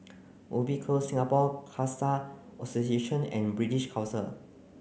Ubi Close Singapore Khalsa Association and British Council